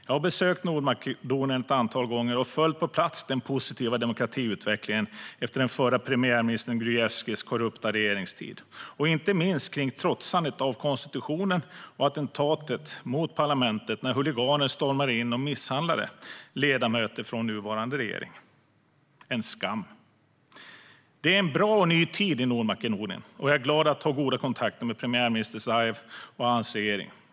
Jag har besökt Nordmakedonien ett antal gånger och på plats följt den positiva demokratiutvecklingen efter den förra premiärministern Gruevskis korrupta regeringstid och inte minst efter trotsandet av konstitutionen och attentatet mot parlamentet när huliganer stormade in och misshandlade ledamöter från nuvarande regering. Det var en skam. Det är en bra och ny tid i Nordmakedonien. Jag är glad att ha goda kontakter med premiärminister Zaev och hans regering.